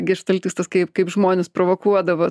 geštaltistas kaip kaip žmones provokuodavo